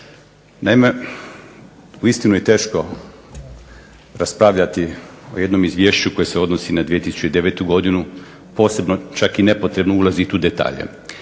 Naime, uistinu je teško raspravljati o jednom izvješću koje se odnosi na 2009. godinu posebno čak i nepotrebno ulaziti u detalje.